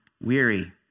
weary